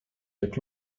jak